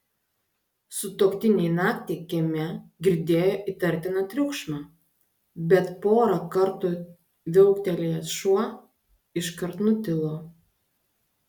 sutuoktiniai naktį kieme girdėjo įtartiną triukšmą bet porą kartų viauktelėjęs šuo iškart nutilo